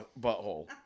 butthole